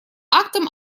актом